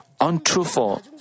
untruthful